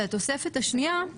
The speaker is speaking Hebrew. התוספת השנייה,